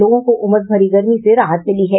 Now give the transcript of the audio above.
लोगों को उमस भरी गर्मी से राहत मिली है